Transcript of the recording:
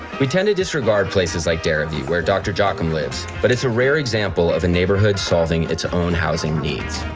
we tend to disregard places like dharavi, where dr. jockin lives, but it's a rare example of a neighborhood solving its own housing needs.